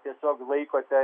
tiesiog laikote